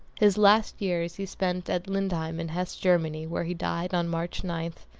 his last years he spent at lindheim in hesse, germany, where he died on march nine,